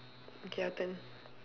okay your turn